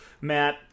Matt